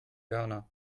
ghana